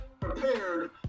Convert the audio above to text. prepared